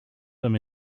them